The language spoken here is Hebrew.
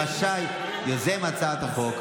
רשאי יוזם הצעת החוק"